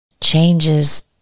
changes